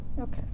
okay